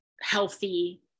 healthy